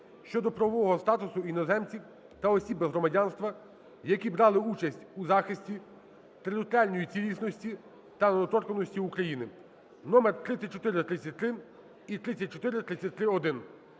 (щодо правового статусу іноземців та осіб без громадянства, які брали участь у захисті територіальної цілісності та недоторканності України), (№3433 і 3433-1).